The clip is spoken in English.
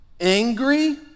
angry